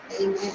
Amen